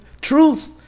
truth